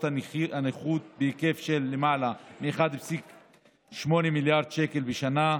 הנכות בהיקף של למעלה מ-1.8 מיליארד שקל בשנה,